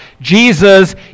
Jesus